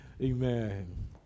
Amen